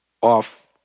off